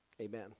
amen